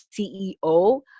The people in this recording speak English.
CEO